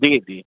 जी जी